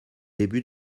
début